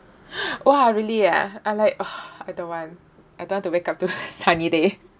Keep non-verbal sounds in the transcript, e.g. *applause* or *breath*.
*breath* !wah! really ah I like oh I don't want I don't want to wake up *laughs* to a sunny day